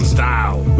style